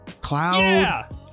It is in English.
Cloud